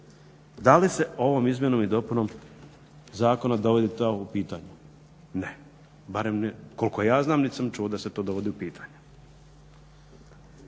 Da li se ovom izmjenom i dopunom zakona dovodi to u pitanje? Ne, barem koliko ja znam nit sam čuo da se to dovodi u pitanje.